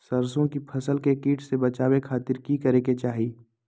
सरसों की फसल के कीट से बचावे खातिर की करे के चाही?